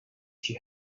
she